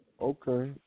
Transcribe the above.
Okay